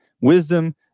wisdom